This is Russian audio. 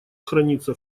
хранится